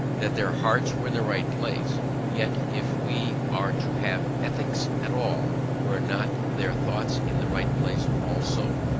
that their hearts were in the right place yet, if we are to have ethics at all, were not their thoughts in the right place also?